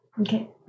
Okay